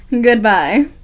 goodbye